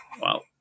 Wow